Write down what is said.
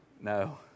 No